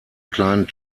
kleinen